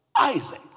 Isaac